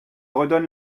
redonne